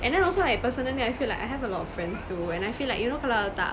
and then also like personally I feel like I have a lot of friends too and I feel like you know kalau tak